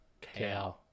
Cow